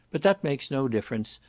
but that makes no difference.